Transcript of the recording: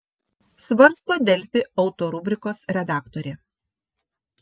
svarsto delfi auto rubrikos redaktorė